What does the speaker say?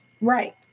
Right